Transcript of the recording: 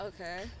Okay